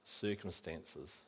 circumstances